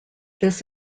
this